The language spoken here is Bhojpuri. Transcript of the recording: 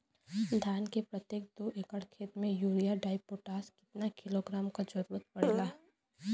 धान के प्रत्येक दो एकड़ खेत मे यूरिया डाईपोटाष कितना किलोग्राम क जरूरत पड़ेला?